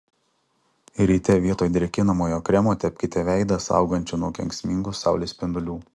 ryte vietoj drėkinamojo kremo tepkite veidą saugančiu nuo kenksmingų saulės spindulių